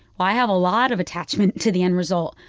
i have a lot of attachment to the end result.